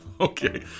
Okay